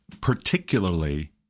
particularly